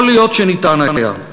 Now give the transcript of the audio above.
יכול להיות שניתן היה,